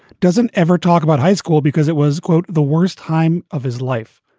doesn't ever talk about high school because it was, quote, the worst time of his life.